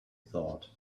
thought